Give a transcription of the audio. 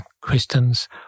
Christians